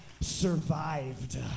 survived